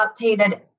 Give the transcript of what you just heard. updated